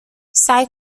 سعی